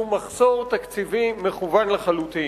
שהוא מחסור תקציבי מכוון לחלוטין.